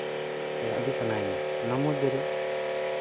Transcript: ᱪᱟᱞᱟᱜ ᱜᱮ ᱥᱟᱱᱟᱧᱟ ᱚᱱᱟ ᱢᱚᱫᱽᱫᱷᱮᱨᱮ